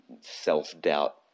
self-doubt